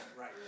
Right